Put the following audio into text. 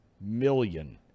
million